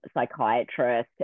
psychiatrist